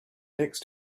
next